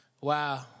Wow